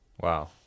Wow